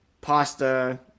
Pasta